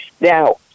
Now